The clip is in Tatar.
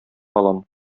алам